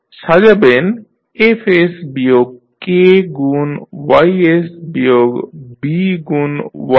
সাজাবেন f s বিয়োগ K গুণ y s বিয়োগ B গুণ y dot